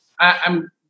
I'm